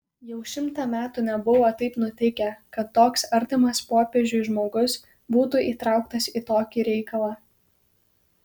jau šimtą metų nebuvo taip nutikę kad toks artimas popiežiui žmogus būtų įtraukas į tokį reikalą